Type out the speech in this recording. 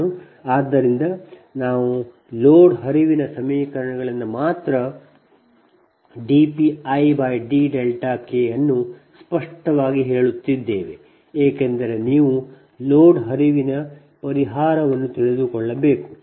ಆದ್ದರಿಂದ ನಾವು ಲೋಡ್ ಹರಿವಿನ ಸಮೀಕರಣಗಳಿಂದ ಮಾತ್ರ dPidK ಅನ್ನು ಸ್ಪಷ್ಟವಾಗಿ ಹೇಳುತ್ತಿದ್ದೇವೆ ಏಕೆಂದರೆ ನೀವು ಲೋಡ್ ಹರಿವಿನ ಪರಿಹಾರವನ್ನು ತಿಳಿದುಕೊಳ್ಳಬೇಕು